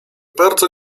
bardzo